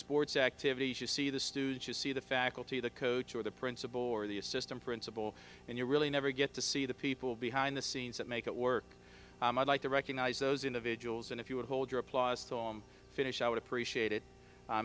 sports activities you see the stooges see the faculty the coach or the principal or the assistant principal and you really never get to see the people behind the scenes that make it work like to recognize those individuals and if you would hold your applause to finish i would appreciate it